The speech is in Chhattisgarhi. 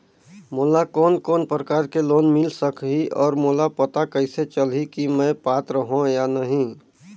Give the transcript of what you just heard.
मोला कोन कोन प्रकार के लोन मिल सकही और मोला पता कइसे चलही की मैं पात्र हों या नहीं?